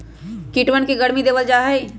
कीटवन के गर्मी देवल जाहई